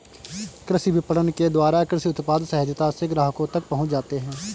कृषि विपणन के द्वारा कृषि उत्पाद सहजता से ग्राहकों तक पहुंच जाते हैं